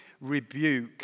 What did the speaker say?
rebuke